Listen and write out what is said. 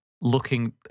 looking